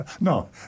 No